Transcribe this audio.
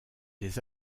des